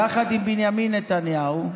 יחד עם בנימין נתניהו,